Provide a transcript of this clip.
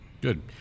Good